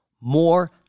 more